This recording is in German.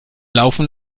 laufen